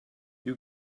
you